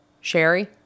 Sherry